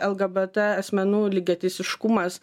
lgbt asmenų lygiateisiškumas